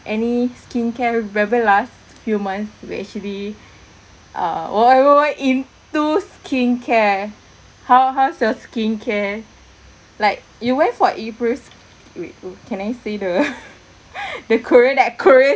any skincare remember last few month we actually uh what what what what into skincare how how's your skincare like you went for wait can I say the the korean that korean